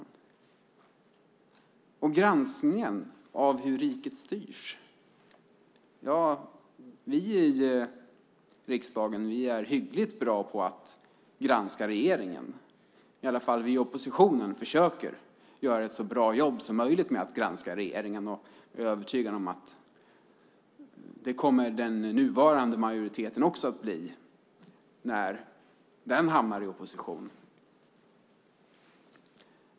När det gäller granskningen av hur riket styrs är vi i riksdagen hyggligt bra på att granska regeringen. Vi i oppositionen försöker i alla fall göra ett så bra jobb som möjligt med att granska regeringen. Jag är övertygad om att den nuvarande majoriteten också kommer att göra det när den hamnar i opposition.